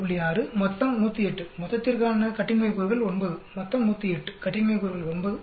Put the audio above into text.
6 மொத்தம் 108 மொத்தத்திற்கான கட்டின்மை கூறுகள் 9 மொத்தம் 108 கட்டின்மை கூறுகள் 9